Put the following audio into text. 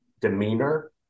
demeanor